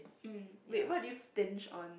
mm wait what do you stinge on